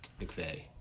McVeigh